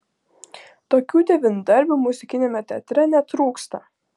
tokių devyndarbių muzikiniame teatre netrūksta